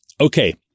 Okay